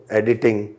editing